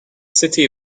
city